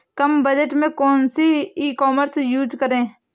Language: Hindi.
कम बजट में कौन सी ई कॉमर्स यूज़ करें?